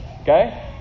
Okay